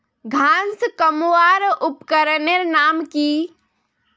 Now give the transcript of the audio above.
घांस कमवार उपकरनेर नाम की?